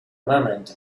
moment